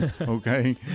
Okay